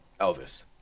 Elvis